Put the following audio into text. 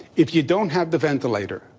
if you don't have the ventilator,